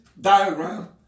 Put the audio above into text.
diagram